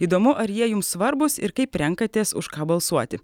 įdomu ar jie jums svarbūs ir kaip renkatės už ką balsuoti